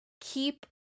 keep